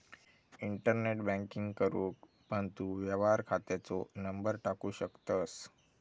internet banking करूक पण तू व्यवहार खात्याचो नंबर टाकू शकतंस